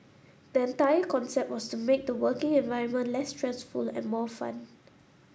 the entire concept was to make the working environment less stressful and more fun